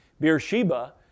Beersheba